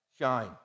shine